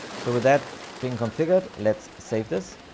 so with that being configured, let's save this.